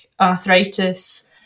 arthritis